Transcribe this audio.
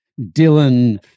Dylan